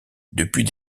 depuis